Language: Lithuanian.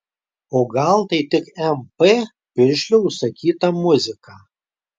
o gal tai tik mp piršlio užsakyta muzika